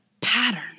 pattern